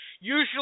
usually